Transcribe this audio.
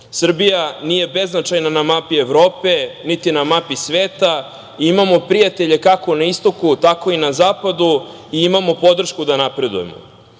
nije beznačajna na mapi Evrope, niti na mapi sveta i imamo prijatelje kako na istoku, tako i na zapadu i imamo podršku da napredujemo. Sada